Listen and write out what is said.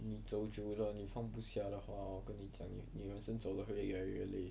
你走久了你放不下的话 hor 跟你讲你你人生走了会越来越累